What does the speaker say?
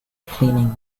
cleaning